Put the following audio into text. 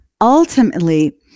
Ultimately